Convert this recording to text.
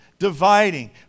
dividing